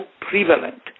prevalent